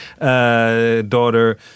daughter